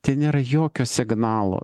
tai nėra jokio signalo